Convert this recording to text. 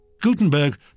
Gutenberg